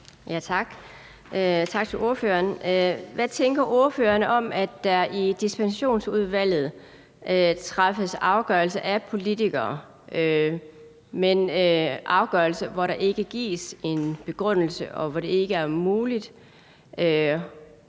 Hvad tænker ordføreren om, at der i Indfødsretsudvalget træffes afgørelser af politikere – afgørelser, hvor der ikke gives en begrundelse, og hvor det ikke er muligt